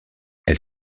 elle